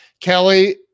Kelly